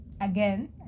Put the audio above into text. Again